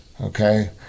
Okay